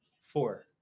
Four